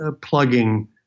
plugging